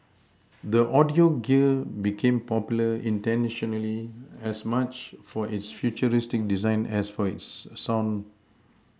the audio gear became popular internationally as much for its futuristic design as for its sound